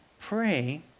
pray